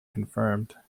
confirmed